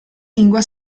lingua